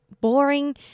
boring